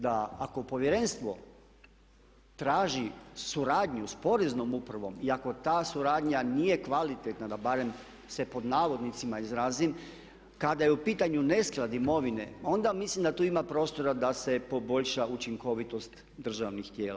Da ako povjerenstvo traži suradnju s Poreznom upravom i ako ta suradnja "nije kvalitetna" da barem se pod navodnicima izrazim kada je u pitanju nesklad imovine onda mislim da tu ima prostora da se poboljša učinkovitost državnih tijela.